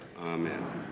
Amen